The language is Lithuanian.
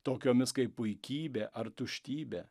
tokiomis kaip puikybė ar tuštybė